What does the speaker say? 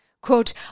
Quote